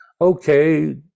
okay